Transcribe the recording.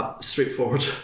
straightforward